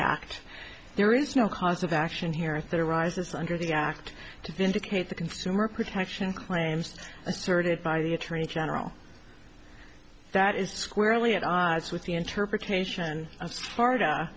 act there is no cause of action here at that arises under the act to vindicate the consumer protection claims asserted by the attorney general that is squarely at odds with the interpretation of